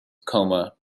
coma